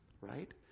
right